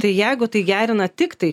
tai jeigu tai gerina tiktai